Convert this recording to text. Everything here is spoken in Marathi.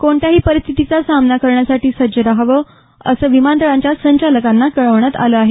कोणत्याही परिस्थीतीचा सामना करण्यासाठी सज्ज रहावे असं या विमानतळांच्या संचालकांना कळवण्यात आलं आहे